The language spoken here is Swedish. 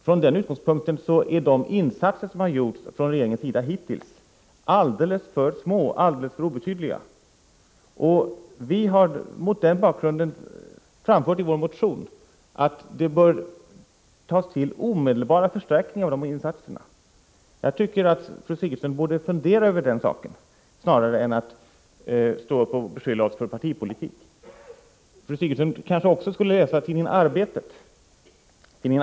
Från den utgångspunkten är de insatser som hittills har gjorts från regeringens sida alldeles för små och obetydliga. Mot den bakgrunden har vi från folkpartiet i vår motion framfört att det bör göras omedelbara förstärkningar av dessa insatser. Fru Sigurdsen borde fundera över den saken snarare än beskylla oss för partipolitik. Hon kanske också skulle läsa tidningen Arbetet.